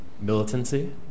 militancy